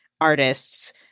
artists